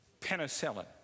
penicillin